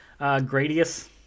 Gradius